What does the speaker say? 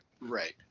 right